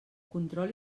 control